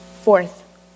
Fourth